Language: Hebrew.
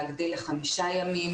הצליחו להגדיל לחמישה ימים.